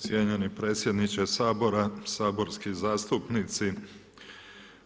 Cijenjeni predsjedniče Sabora, saborski zastupnici